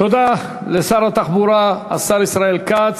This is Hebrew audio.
תודה לשר התחבורה, השר ישראל כץ.